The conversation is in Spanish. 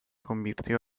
convirtió